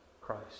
Christ